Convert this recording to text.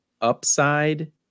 upside